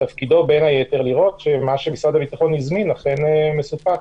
מוודא שמה שמשרד הביטחון הזמין אכן מסופק,